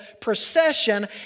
procession